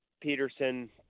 Peterson